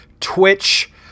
Twitch